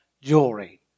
jewelry